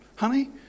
Honey